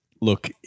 Look